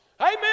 Amen